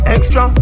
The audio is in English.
Extra